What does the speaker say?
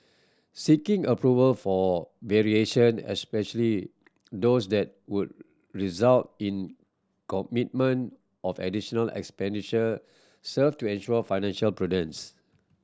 seeking approval for variation especially those that would result in commitment of additional expenditure serve to ensure financial prudence